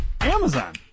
Amazon